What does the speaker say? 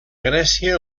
grècia